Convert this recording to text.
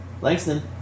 Langston